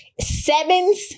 Sevens